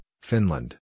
Finland